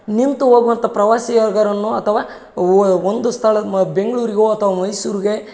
ನಿಂತು ಹೋಗುವಂತ ಪ್ರವಾಸಿಗರನ್ನು ಅಥವಾ ಒಂದು ಸ್ಥಳ ಮ ಬೆಂಗಳೂರ್ಗೋ ಅಥವಾ ಮೈಸೂರಿಗೆ